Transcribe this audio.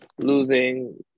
losing